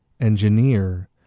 engineer